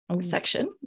Section